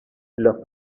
los